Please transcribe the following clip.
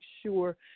sure